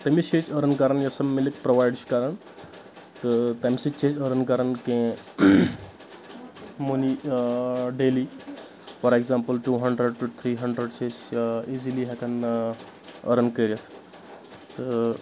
تٔمس چھِ أسۍ أرٕن کران یۄس سۄ مِلک پروایڈ چھِ کران تہٕ تمہِ سۭتۍ چھِ أسۍ أرٕن کران کینہہ money daily for example two hundred to three hundred چھِ أسۍ ایٖزلی ہیٚکان أرٕن کٔرِتھ تہٕ